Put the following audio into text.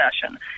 session